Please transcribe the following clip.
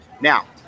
Now